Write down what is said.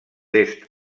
est